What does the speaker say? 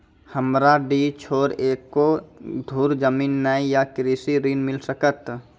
हमरा डीह छोर एको धुर जमीन न या कृषि ऋण मिल सकत?